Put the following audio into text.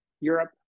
Europe